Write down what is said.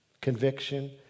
conviction